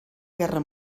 guerra